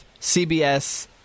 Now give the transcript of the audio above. CBS